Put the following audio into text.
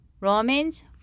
Romans